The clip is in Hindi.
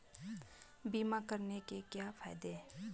बीमा करवाने के क्या फायदे हैं?